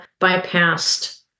bypassed